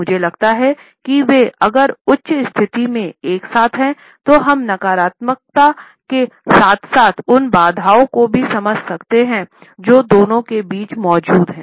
मुझे लगता है कि वे अगर उच्च स्थिति में एक साथ हैं तो हम नकारात्मकता के साथ साथ उन बाधाओं को भी समझ सकते हैं जो दोनों के बीच मौजूद हैं